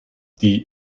die